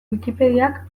wikipediak